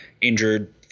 injured